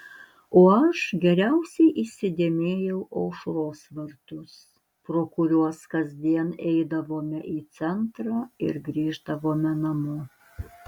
o aš geriausiai įsidėmėjau aušros vartus pro kuriuos kasdien eidavome į centrą ir grįždavome namo